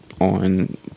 on –